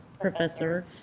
professor